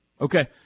Okay